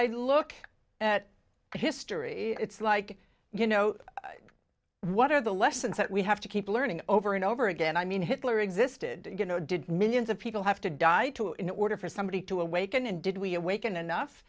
i look at history it's like you know what are the lessons that we have to keep learning over and over again i mean hitler existed you know did millions of people have to die to in order for somebody to awaken and did we awaken enough